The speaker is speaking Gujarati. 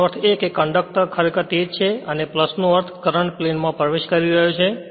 તેનો અર્થ એ કે કંડક્ટર ખરેખર તે જ છે અને નો અર્થ કરંટ પ્લેન માં પ્રવેશ કરી રહ્યો છે